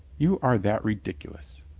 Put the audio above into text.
you are that ridiculous.